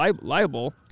liable